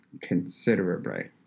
considerably